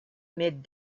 mid